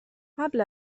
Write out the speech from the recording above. قبل